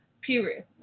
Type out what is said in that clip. period